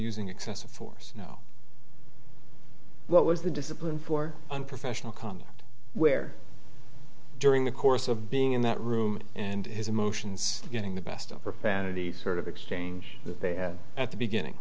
using excessive force you know what was the discipline for unprofessional conduct where during the course of being in that room and his emotions getting the best of her panty sort of exchange that they had at the beginning